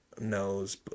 knows